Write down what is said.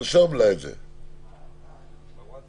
עד אשר אשמתו לא הוכחה בבית המשפט,